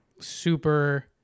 super